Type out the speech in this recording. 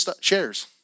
shares